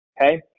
okay